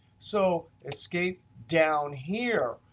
so escape down here.